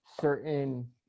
certain